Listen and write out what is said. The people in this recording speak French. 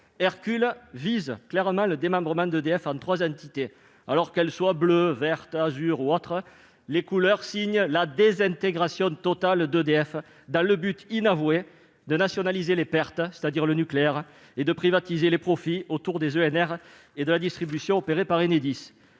Hercule vise clairement le démembrement d'EDF en trois entités. Qu'elles soient « bleue »,« verte »,« azur » ou autre, les couleurs signent la désintégration totale d'EDF, dans le but inavoué de nationaliser les pertes- c'est-à-dire le nucléaire -et de privatiser les profits autour des énergies renouvelables, les ENR, et de la distribution opérée par Enedis.